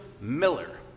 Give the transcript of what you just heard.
Miller